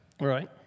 Right